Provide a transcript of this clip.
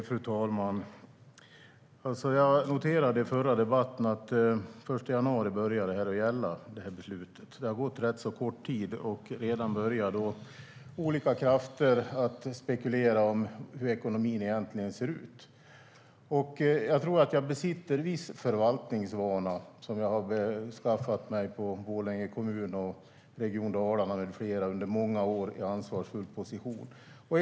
Fru talman! Jag konstaterade i den förra debatten att beslutet började att gälla den 1 januari. Det har gått rätt så kort tid sedan dess, men redan börjar olika krafter att spekulera över hur ekonomin egentligen ser ut. Jag besitter nog en viss förvaltningsvana som jag under många år har skaffat mig i ansvarsfulla positioner inom Borlänge kommun och Region Dalarna.